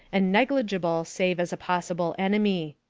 and negligible save as a possible enemy.